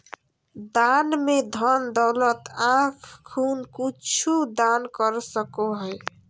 दान में धन दौलत आँख खून कुछु दान कर सको हइ